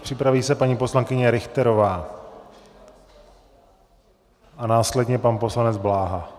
Připraví se paní poslankyně Richterová a následně pan poslanec Bláha.